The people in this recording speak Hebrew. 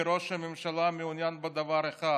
כי ראש הממשלה מעוניין בדבר אחד: